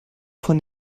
von